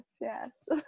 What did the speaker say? yes